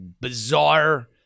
bizarre